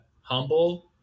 humble